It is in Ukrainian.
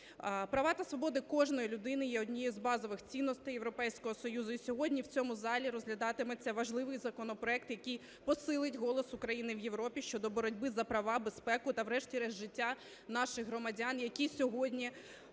Права та свободи кожної людини є однією з базових цінностей Європейського Союзу. І сьогодні в цьому залі розглядатиметься важливий законопроект, який посилить голос України в Європі щодо боротьби за права, безпеку та, врешті-решт, життя наших громадян, більше